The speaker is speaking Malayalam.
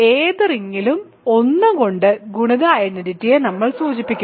ഏത് റിങ്ങിലും 1 കൊണ്ട് ഗുണിത ഐഡന്റിറ്റിയെ നമ്മൾ സൂചിപ്പിക്കുന്നു